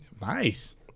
Nice